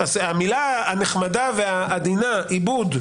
המילה הנחמדה והעדינה "עיבוד",